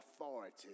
authority